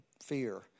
fear